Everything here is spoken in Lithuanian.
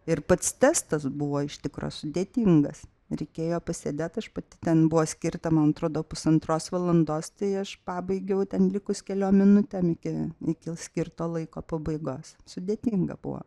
ir pats testas buvo iš tikro sudėtingas reikėjo pasėdėt aš pati ten buvo skirta man atrodo pusantros valandos tai aš pabaigiau ten likus keliom minutėm iki iki skirto laiko pabaigos sudėtinga buvo